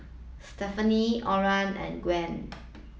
Stephania Orin and Gwen